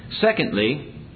Secondly